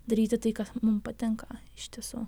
daryti tai kas mum patinka iš tiesų